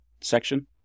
section